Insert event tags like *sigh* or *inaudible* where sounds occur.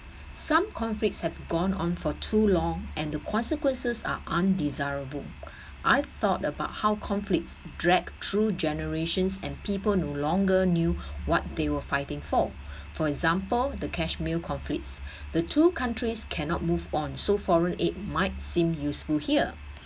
some conflicts have gone on for too long and the consequences are undesirable I've thought about how conflicts dragged through generations and people no longer knew what they were fighting for *breath* for example the kashmir conflicts *breath* the two countries cannot move on so foreign aid might seem useful here